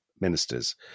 ministers